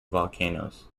volcanoes